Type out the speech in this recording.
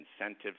Incentives